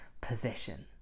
position